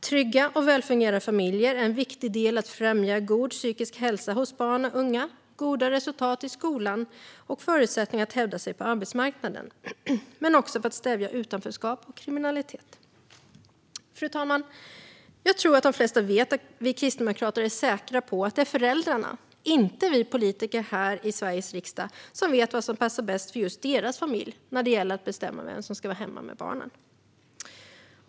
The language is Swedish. Trygga och välfungerande familjer är en viktig del i att främja en god psykisk hälsa hos barn och unga, goda resultat i skolan och förutsättningar att hävda sig på arbetsmarknaden men också för att stävja utanförskap och kriminalitet. Fru talman! Jag tror att de flesta vet att vi kristdemokrater är säkra på att det är föräldrarna och inte vi politiker här i Sveriges riksdag som vet vad som passar bäst för just deras familj när det gäller att bestämma vem som ska vara hemma med barnen.